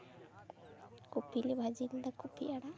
ᱠᱚᱯᱤ ᱞᱮ ᱵᱷᱟᱹᱡᱤ ᱞᱮᱫᱟ ᱠᱚᱯᱤ ᱟᱲᱟᱜ